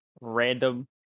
random